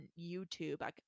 YouTube